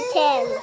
ten